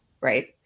right